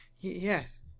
Yes